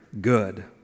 good